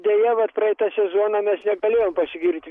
deja bet praeitą sezoną mes negalėjome pasigirti